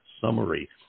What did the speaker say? summary